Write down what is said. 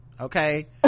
Okay